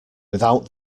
without